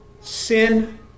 sin